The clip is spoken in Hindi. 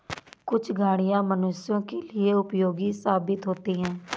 कुछ गाड़ियां मनुष्यों के लिए उपयोगी साबित होती हैं